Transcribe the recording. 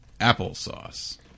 applesauce